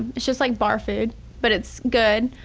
it's just like bar food but it's good.